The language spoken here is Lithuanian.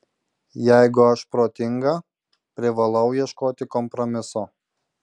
jeigu aš protinga privalau ieškoti kompromiso